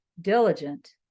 diligent